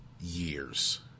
years